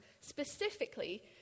specifically